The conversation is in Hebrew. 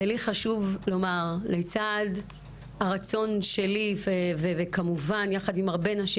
לי חשוב לומר, לצד הרצון שלי, וכמובן יחד עם נשים